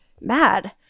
mad